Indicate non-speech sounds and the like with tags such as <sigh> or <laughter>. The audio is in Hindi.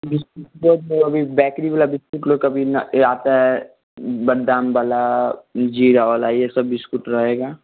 <unintelligible> अभी बैकरी वाला बिस्किट लोग कभी ना ये आता है बादाम वाला जीरा वाला ये सब बिस्कुट रहेगा